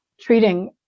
treating